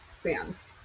fans